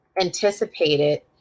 anticipated